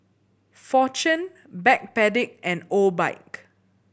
Fortune Backpedic and Obike